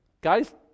Guys